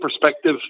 perspective